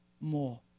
more